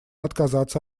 отказаться